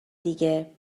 دیگه